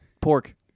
pork